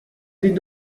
with